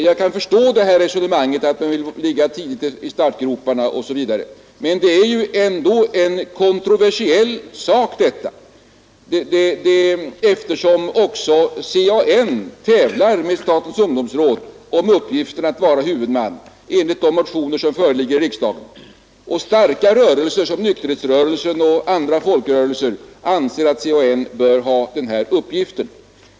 Jag kan förstå resonemanget att man vill komma tidigt ur startgropar na, men här gäller det ju ändå en kontroversiell sak, eftersom CAN tävlar med statens ungdomsråd om uppgiften att vara huvudman. Motioner om den saken föreligger ju i riksdagen. Starka krafter som nykterhetsrörelsen och andra folkrörelser anser att CAN bör ha den här uppgiften.